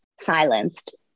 silenced